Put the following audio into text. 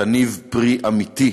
תניב פרי אמיתי,